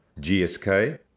GSK